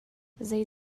zei